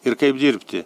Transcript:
ir kaip dirbti